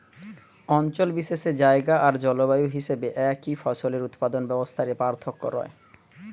অঞ্চল বিশেষে জায়গা আর জলবায়ু হিসাবে একই ফসলের উৎপাদন ব্যবস্থা রে পার্থক্য রয়